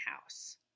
house